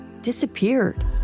disappeared